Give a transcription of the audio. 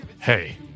hey